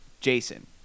Jason